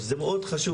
זה מאוד חשוב.